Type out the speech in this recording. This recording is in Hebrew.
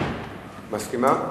מסכימה?